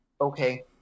okay